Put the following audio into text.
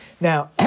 Now